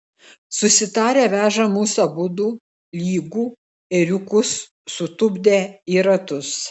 susitarę veža mus abudu lygu ėriukus sutupdę į ratus